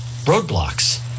roadblocks